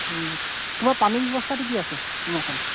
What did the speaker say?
তোমাৰ পানীৰ ব্যৱস্থাটো কি আছে তোমাৰ ফালে